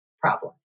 problem